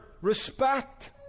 respect